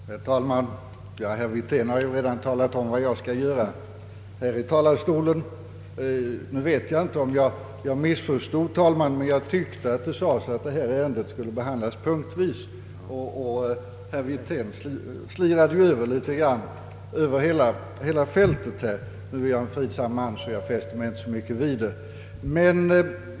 Herr talman! Herr Wirtén har redan talat om vad jag skall göra här i talarstolen. Jag vet inte om jag missförstod herr talmannen, men jag tyckte att det sades att det här ärendet skulle behandlas punktvis. Herr Wirtén slirade ju över hela fältet, men jag är en fridsam man så jag fäster mig inte mycket vid det.